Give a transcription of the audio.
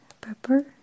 pepper